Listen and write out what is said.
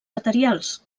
materials